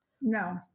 No